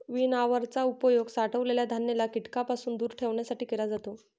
winnower चा उपयोग साठवलेल्या धान्याला कीटकांपासून दूर ठेवण्यासाठी केला जातो